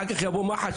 אחר כך יבוא מח"ש,